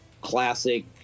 classic